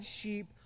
sheep